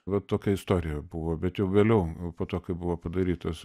vat tokia istorija buvo bet jau vėliau po to kai buvo padarytos